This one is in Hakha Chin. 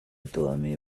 tuahmi